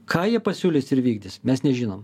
ką jie pasiūlys ir vykdys mes nežinom